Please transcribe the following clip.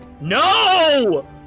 No